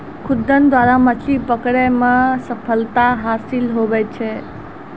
खुद्दन द्वारा मछली पकड़ै मे सफलता हासिल हुवै छै